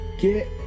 get